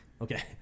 Okay